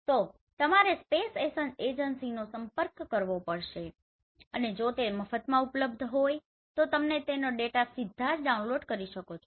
તો તમારે સ્પેસ એજન્સીઓનો સંપર્ક કરવો પડશે અને જો તે મફતમાં ઉપલબ્ધ હોય તો તમે તેમને સીધા જ ડાઉનલોડ કરી શકો છો